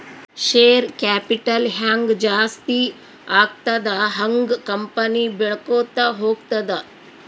share capital ಹ್ಯಾಂಗ್ ಜಾಸ್ತಿ ಆಗ್ತದ ಹಂಗ್ ಕಂಪನಿ ಬೆಳ್ಕೋತ ಹೋಗ್ತದ